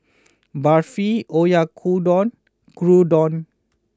Barfi Oyakodon Gyudon